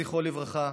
זכרו לברכה,